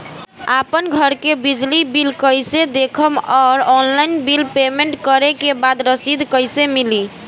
आपन घर के बिजली बिल कईसे देखम् और ऑनलाइन बिल पेमेंट करे के बाद रसीद कईसे मिली?